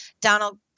Donald